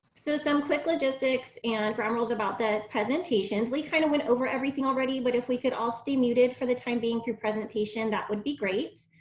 so some quick logistics and ground rules about the presentations we kind of went over everything already but if we could all stay muted for the time being through presentation that would be great.